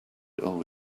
over